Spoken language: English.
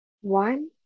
one